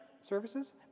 services